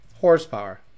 horsepower